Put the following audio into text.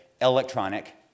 electronic